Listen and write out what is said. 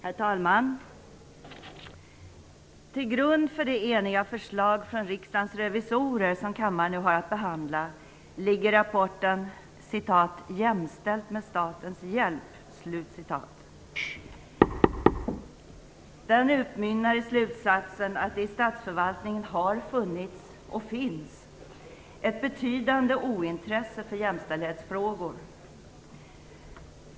Herr talman! Till grund för det eniga förslag från Riksdagens revisorer som kammaren nu har att behandla ligger rapporten "Jämställt med statens hjälp?". Den utmynnar i slutsatsen att det i statsförvaltningen har funnits och finns ett betydande ointresse för jämställdhetsfrågor.